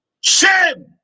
Shame